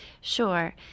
Sure